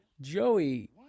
Joey